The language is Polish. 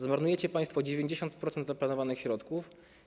Zmarnujecie państwo 90% zaplanowanych środków.